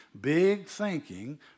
big-thinking